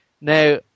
Now